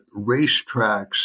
racetracks